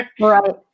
Right